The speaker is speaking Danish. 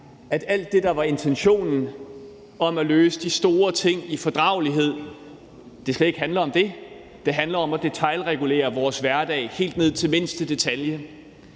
om det, der var intentionen, nemlig at løse de store ting i fordragelighed, men om at detailregulere vores hverdag helt ned til mindste detalje.